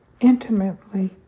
intimately